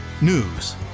News